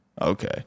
Okay